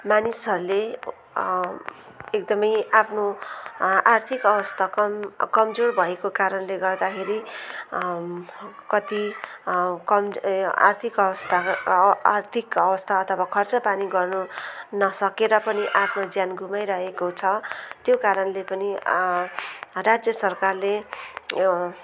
मानिसहरूले एकदमै आफ्नो आर्थिक अवस्था कम कमजोड भएको कारणले गर्दाखेरि कति कम आर्थिक अवस्था आर्थिक अवस्था अथवा खर्चपानी गर्नु नसकेर पनि आफ्नो ज्यान गुमाइरहेको छ त्यो कारणले पनि राज्य सरकारले